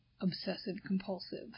obsessive-compulsive